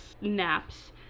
naps